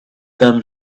them